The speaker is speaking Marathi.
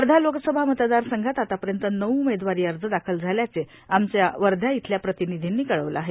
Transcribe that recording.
वर्धा लोकसभा मतदारसंघात आतापर्यंत नऊ उमेदवारी अर्ज दाखल झाल्याचे आमच्या वर्धा इथल्या प्रतिनिधीनी कळवलं आहे